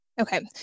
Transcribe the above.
Okay